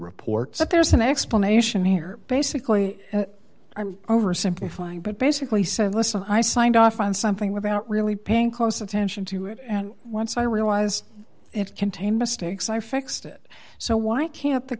reports and there's an explanation here basically i'm oversimplifying but basically said listen i signed off on something without really paying close attention to it and once i realized it contained mistakes i fixed it so why can't the